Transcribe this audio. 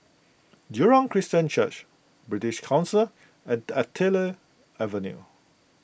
Jurong Christian Church British Council and Artillery Avenue